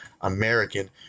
American